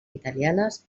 italianes